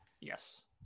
Yes